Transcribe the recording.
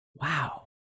Wow